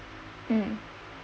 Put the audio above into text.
mm